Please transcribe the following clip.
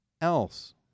else